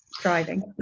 Driving